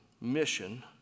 mission